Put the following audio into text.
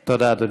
תודה, אדוני.